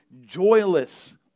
joyless